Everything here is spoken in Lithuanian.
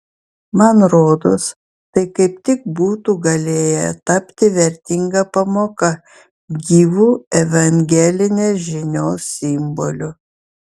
man rodos tai kaip tik būtų galėję tapti vertinga pamoka gyvu evangelinės žinios simboliu